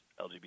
LGBT